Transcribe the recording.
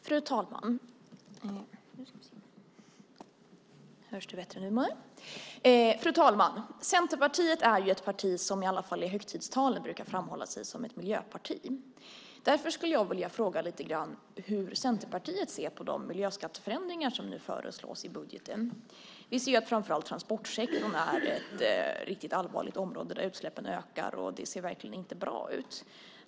Fru talman! Centerpartiet är ju ett parti som i alla fall i högtidstalen brukar framhålla sig som ett miljöparti. Därför skulle jag vilja fråga lite grann om hur Centerpartiet ser på de miljöskatteförändringar som nu föreslås i budgeten. Vi ser att framför allt transportsektorn är ett riktigt allvarligt område där utsläppen ökar, och det ser verkligen inte bra ut.